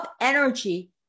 energy